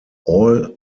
all